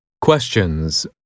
Questions